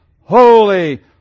holy